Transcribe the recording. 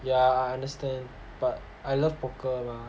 yeah I understand but I love poker mah